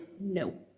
no